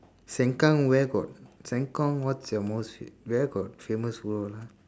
sengkang where got sengkang what's your mall's fav~ where got famous food !huh!